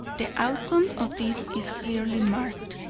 the outcome of this is clearly marked.